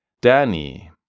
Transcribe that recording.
Danny